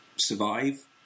survive